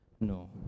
no